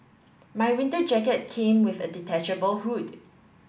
my winter jacket came with a detachable hood